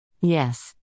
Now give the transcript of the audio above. Yes